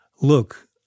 look